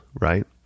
right